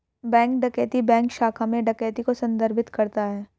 bank डकैती bank शाखा में डकैती को संदर्भित करता है